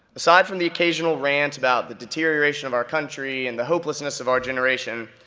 aside from the occasional rant about the deterioration of our country and the hopelessness of our generation,